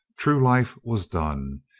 true life was done.